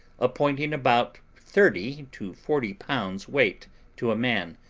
appointing about thirty to forty pounds weight to a man,